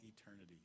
eternity